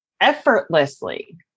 effortlessly